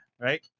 right